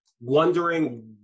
wondering